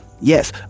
yes